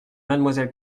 mademoiselle